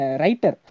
writer